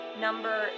number